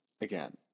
Again